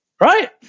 Right